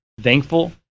thankful